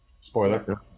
Spoiler